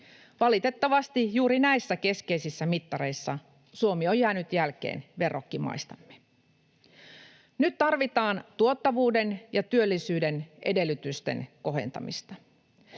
Valitettavasti juuri näissä keskeisissä mittareissa Suomi on jäänyt jälkeen verrokkimaistamme. Nyt tarvitaan tuottavuuden ja työllisyyden edellytysten kohentamista.